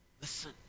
Listen